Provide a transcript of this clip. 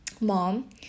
mom